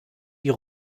die